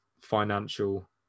financial